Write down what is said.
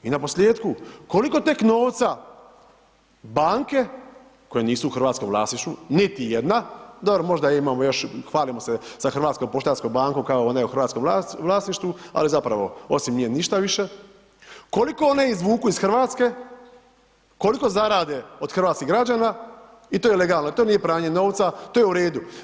I naposljetku, koliko tek novca banke koje nisu u hrvatskom vlasništvu niti jedna, dobro možda imamo još, hvalimo se sa HPB-om kao one u hrvatskom vlasništvu ali zapravo osim nje ništa više, kolike one izvuku iz Hrvatske, koliko zarade od hrvatskih građana, i to je legalno, to nije pranje novca, to je u redu.